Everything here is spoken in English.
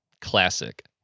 classic